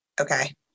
Okay